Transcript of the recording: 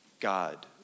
God